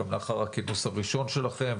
גם לאחר הכינוס הראשון שלכם,